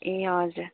ए हजुर